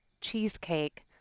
cheesecake